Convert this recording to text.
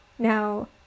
Now